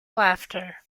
laughter